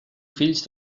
fills